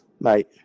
Mate